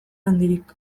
handirik